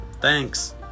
Thanks